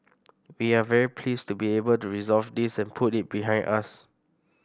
we're very pleased to be able to resolve this and put it behind us